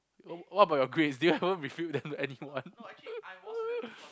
what what about your grades do you ever revealed that anyone